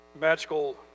magical